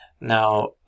Now